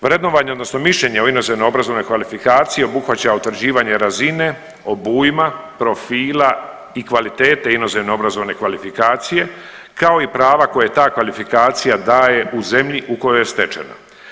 Vrednovanje, odnosno mišljenje o inozemnoj obrazovnoj kvalifikaciji obuhvaća utvrđivanje razine, obujma, profila i kvalitete inozemne obrazovne kvalifikacije kao i prava koje ta kvalifikacija daje u zemlji u kojoj je stečena.